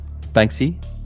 Banksy